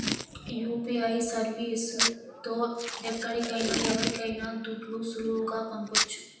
UPI service తో ఎక్కడికైనా ఎవరికైనా దుడ్లు సులువుగా పంపొచ్చు